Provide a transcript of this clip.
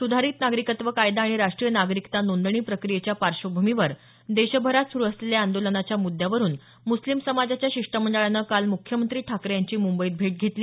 सुधारित नागरिकत्त्व कायदा आणि राष्ट्रीय नागरिकता नोंदणी प्रक्रियेच्या पार्श्वभूमीवर देशभरात सुरू असलेल्या आंदोलनाच्या मुद्यावरून मुस्लिम समाजाच्या शिष्टमंडळानं काल मुख्यमंत्री ठाकरे यांची मुंबईत भेट घेतली